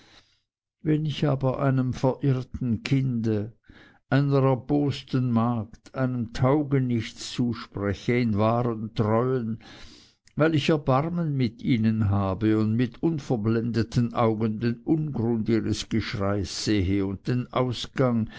wenn ich aber einem verirrten kinde einer erbosten magd einem taugenichts zuspreche in wahren treuen weil ich erbarmen mit ihnen habe und mit unverblendeten augen den ungrund ihres geschreis sehe und den ausgang